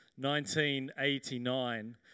1989